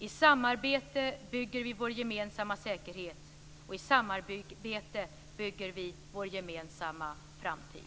I samarbete bygger vi vår gemensamma säkerhet, och i samarbete bygger vi vår gemensamma framtid.